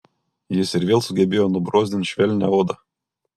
jis ir vėl sugebėjo nubrozdint švelnią odą